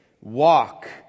Walk